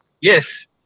Yes